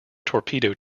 torpedo